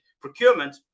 procurement